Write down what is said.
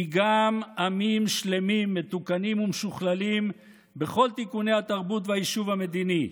כי גם עמים שלמים מתוקנים ומשוכללים בכל תיקוני התרבות והיישוב המדיני,